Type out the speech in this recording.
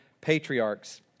patriarchs